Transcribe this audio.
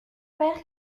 père